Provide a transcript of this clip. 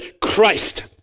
Christ